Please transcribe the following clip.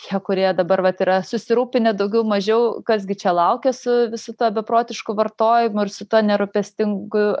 tie kurie dabar vat yra susirūpinę daugiau mažiau kas gi čia laukia su visu tuo beprotišku vartojimu ir su tuo nerūpestingu